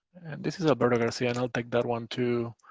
and this is alberto garcia, and i'll take that one too.